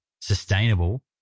sustainable